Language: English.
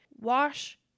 Wash